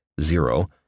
zero